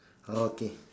okay